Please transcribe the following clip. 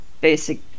basic